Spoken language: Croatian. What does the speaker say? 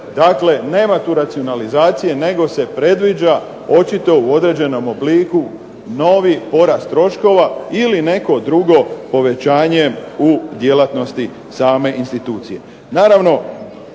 Dakle, nema tu racionalizacije nego se predviđa očito u određenom obliku novi porast troškova ili neko drugo povećanje u djelatnosti same institucije.